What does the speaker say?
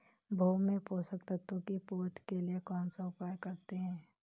भूमि में पोषक तत्वों की पूर्ति के लिए कौनसा उपाय करते हैं?